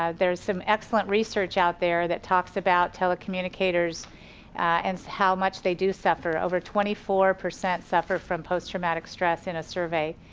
ah there's some excellent research out there that talks about telecommunicators and how much they do suffer over twenty four percent suffer from post traumatic stress in a survey.